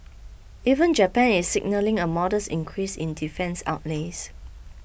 even Japan is signalling a modest increase in defence outlays